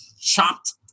chopped